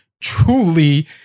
truly